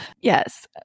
yes